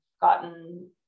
gotten